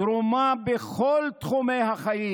תרומה בכל תחומי החיים.